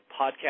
podcast